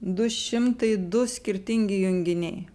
du šimtai du skirtingi junginiai